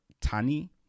Tani